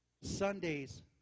Sundays